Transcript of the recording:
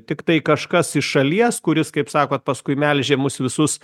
tiktai kažkas iš šalies kuris kaip sakot paskui melžia mus visus